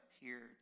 appeared